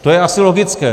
To je asi logické.